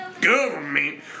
government